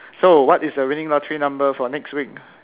so what is the winning lottery number for next week